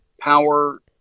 power